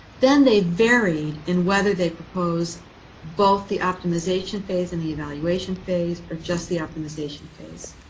then they've varied in whether they propose both the optimization phase and the evaluation phase or just the optimization phase.